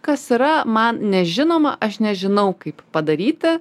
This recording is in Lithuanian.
kas yra man nežinoma aš nežinau kaip padaryti